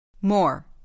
More